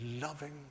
loving